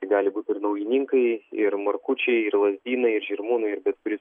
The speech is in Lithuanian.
tai gali būt ir naujininkai ir markučiai ir lazdynai ir žirmūnai ir bet kuris